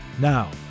now